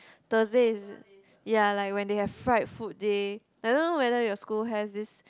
Thursdays ya like when they have fried food day I don't know whether your school has this